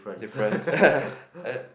difference